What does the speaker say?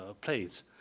plates